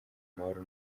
amahoro